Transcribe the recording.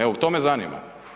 Evo, to me zanima.